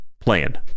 plan